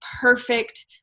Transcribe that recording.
perfect